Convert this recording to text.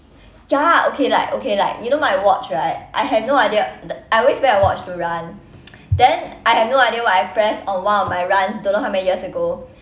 ya okay like okay like you know my watch right I have no idea I always wear a watch to run then I have no idea what I press on one of my runs don't know how many years ago